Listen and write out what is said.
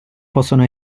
possono